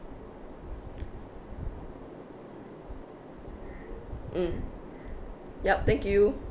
mm yup thank you